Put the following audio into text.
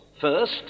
First